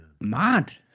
mad